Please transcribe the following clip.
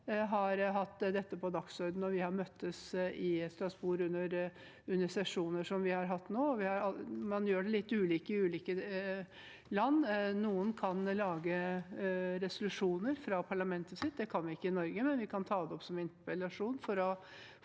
– har hatt dette på dagsordenen når vi har møttes under sesjoner i Strasbourg. Man gjør det litt ulikt i ulike land. Noen kan lage resolusjoner fra parlamentet sitt. Det kan vi ikke i Norge, men vi kan ta det opp som interpellasjon for å